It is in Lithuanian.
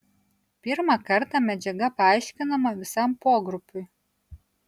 pirmą kartą medžiaga paaiškinama visam pogrupiui